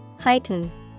Heighten